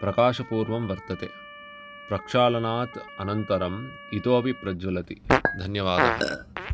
प्रकाशपूर्वं वर्तते प्रक्षालनात् अनन्तरम् इतोऽपि प्रज्ज्वलति धन्यवादः